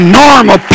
normal